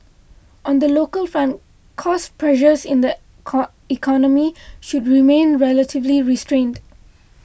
on the local front cost pressures in the economy should remain relatively restrained